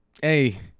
Hey